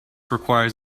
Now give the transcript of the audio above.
requires